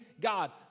God